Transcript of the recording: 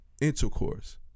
intercourse